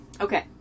Okay